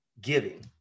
giving